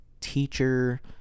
teacher